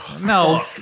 No